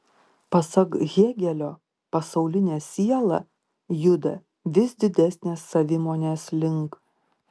pasak hėgelio pasaulinė siela juda vis didesnės savimonės link